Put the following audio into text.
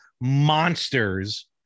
monsters